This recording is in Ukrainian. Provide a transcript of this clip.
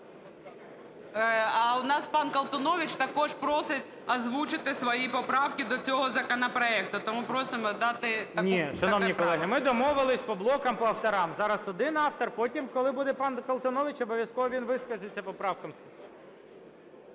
А у нас пан Колтунович також просить озвучити свої поправки до цього законопроекту. Тому просимо дати таке право. ГОЛОВУЮЧИЙ. Ні, шановні колеги, ми домовились по блокам, по авторам. Зараз один автор, потім, коли буде пан Колтунович, обов'язково він вискажеться по правкам.